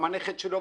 גם הנכד שלו,